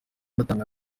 ndatanga